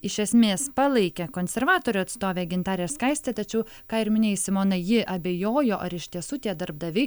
iš esmės palaikė konservatorių atstovė gintarė skaistė tačiau ką ir minėjai simona ji abejojo ar iš tiesų tie darbdaviai